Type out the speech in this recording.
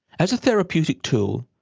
as a therapeutic tool,